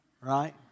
right